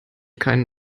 keinen